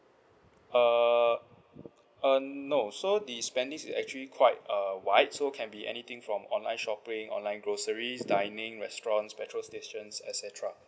uh uh no so the spending is actually quite uh wide so can be anything from online shopping online groceries dining restaurants petrol stations et cetera